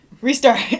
Restart